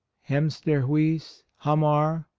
hemsterhuis, hamar,